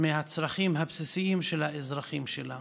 ומהצרכים הבסיסיים של האזרחים שלנו.